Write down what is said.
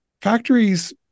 factories